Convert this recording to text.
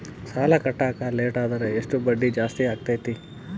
ಸಾಲ ಕಟ್ಟಾಕ ಲೇಟಾದರೆ ಎಷ್ಟು ಬಡ್ಡಿ ಜಾಸ್ತಿ ಆಗ್ತೈತಿ?